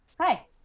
hi